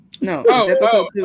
No